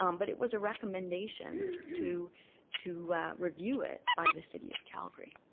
um but it was a recommendation to to review it by the city of calgary.